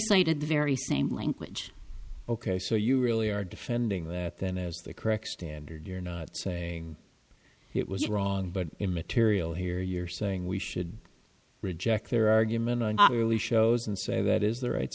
cited the very same language ok so you really are defending that then as the correct standard you're not saying it was wrong but immaterial here you're saying we should reject their argument really shows and say that is the right